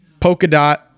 Polkadot